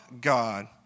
God